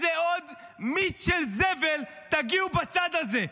לאיזה עוד מיץ של זבל תגיעו בצד הזה?